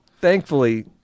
thankfully